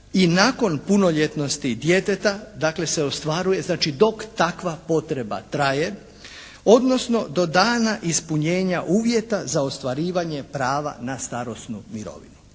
i nakon punoljetnosti djeteta dakle se ostvaruje. Znači, dok takva potreba traje, odnosno do dana ispunjenja uvjeta za ostvarivanje prava na starosnu mirovinu.